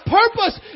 purpose